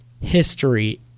history